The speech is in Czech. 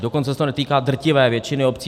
Dokonce se to netýká drtivé většiny obcí.